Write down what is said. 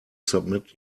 submit